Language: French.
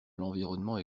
l’environnement